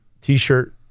T-shirt